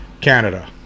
Canada